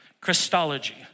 Christology